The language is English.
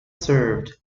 served